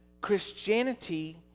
Christianity